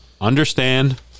understand